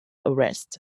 arrest